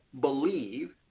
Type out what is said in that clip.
believe